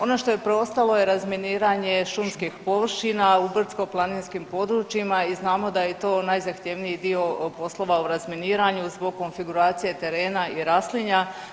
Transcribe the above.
Ono što je preostalo je razminiranje šumskih površina u brdsko-planinskim područjima i znamo da je to najzahtjevniji dio poslova u razminiranju zbog konfiguracije terena i raslinja.